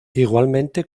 igualmente